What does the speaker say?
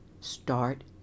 Start